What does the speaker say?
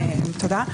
תודה.